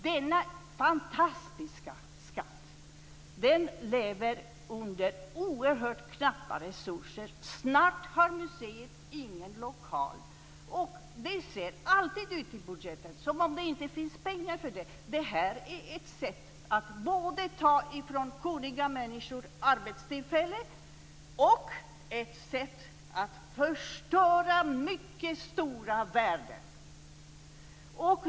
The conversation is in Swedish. Denna fantastiska skatt lever under oerhört knappa resurser. Snart har museet ingen lokal. Det ser alltid ut i budgeten som att det inte finns pengar för det. Det är både ett sätt att ta arbetstillfällen från kunniga människor och ett sätt att förstöra mycket stora värden.